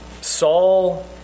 Saul